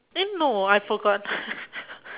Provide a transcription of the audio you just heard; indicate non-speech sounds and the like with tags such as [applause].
eh no I forgot [laughs]